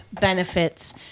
benefits